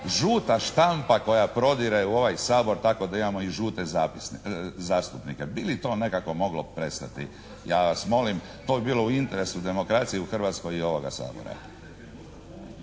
žuta štampa koja prodire u ovaj Sabor tako da imamo i žute zastupnike. Bi li to nekako moglo prestati? Ja vas molim, to bi bilo u interesu demokracije u Hrvatskoj i ovoga Sabora.